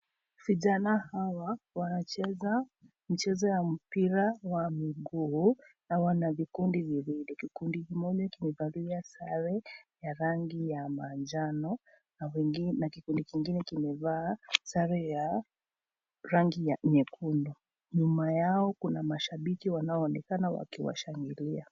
Vijana hawa wanacheza mchezo ya mpira wa miguu na wanavikundi viwili. Kikundi kimoja kimevalia sare ya rangi ya majano na kikundi kingine kimevalia sare ya rangi ya nyekundu. Nyuma yao kuna mashabiki wanao onekana wakiwashangiria.